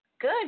Good